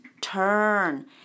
turn